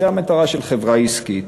זאת המטרה של חברה עסקית.